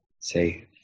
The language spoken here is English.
say